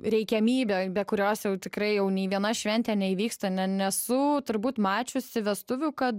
reikiamybė be kurios jau tikrai jau nei viena šventė neįvyksta ne nesu turbūt mačiusi vestuvių kad